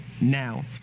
now